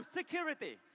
security